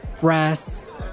breasts